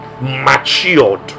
matured